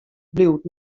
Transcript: bliuwt